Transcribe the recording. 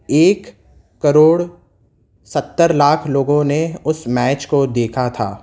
ایک کروڑ ستر لاکھ لوگوں نے اس میچ کو دیکھا تھا